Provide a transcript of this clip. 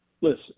Listen